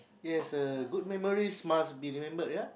yes uh good memories must be remembered ya